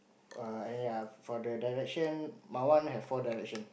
err and ya for the direction my one have four direction